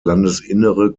landesinnere